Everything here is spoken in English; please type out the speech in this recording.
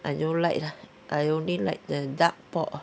I don't like lah I only like the duck pork